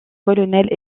colonel